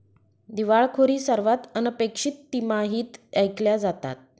दिवाळखोरी सर्वात अनपेक्षित तिमाहीत ऐकल्या जातात